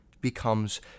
becomes